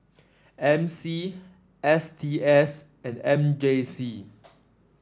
M C S T S and M J C